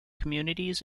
communities